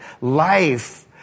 Life